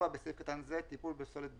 (4)בסעיף קטן זה, "טיפול בפסולת ביתית"